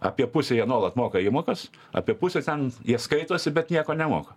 apie pusę jie nuolat moka įmokas apie pusę ten jie skaitosi bet nieko nemoka